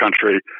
country